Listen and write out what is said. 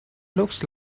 looks